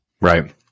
Right